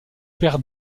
père